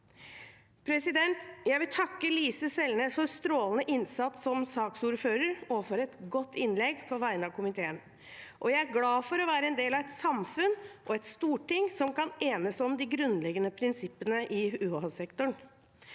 tilfeller. Jeg vil takke Lise Selnes for en strålende innsats som saksordfører og for et godt innlegg på vegne av komiteen. Jeg er glad for å være en del av et samfunn og et storting som kan enes om de grunnleggende prinsippene i UH-sektoren.